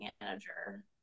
manager